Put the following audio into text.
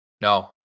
No